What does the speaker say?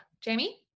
Jamie